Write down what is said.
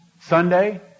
Sunday